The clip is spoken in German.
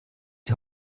die